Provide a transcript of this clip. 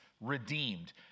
Redeemed